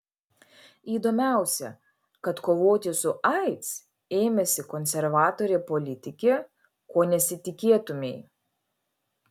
įdomiausia kad kovoti su aids ėmėsi konservatorė politikė ko nesitikėtumei